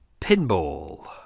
pinball